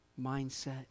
mindset